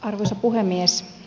arvoisa puhemies